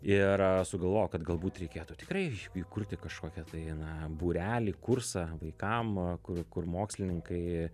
ir sugalvojau kad galbūt reikėtų tikrai įkurti kažkokią tai na būrelį kursą vaikam kur kur mokslininkai